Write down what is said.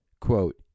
quote